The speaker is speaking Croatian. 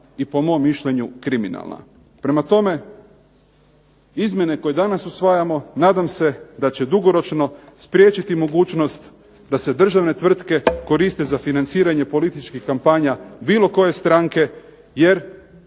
i po mom mišljenju kriminalna. Prema tome, izmjene koje danas usvajamo nadam se da će dugoročno spriječiti mogućnost da se državne tvrtke koriste za financiranje političkih kampanja bilo koje stranke, jer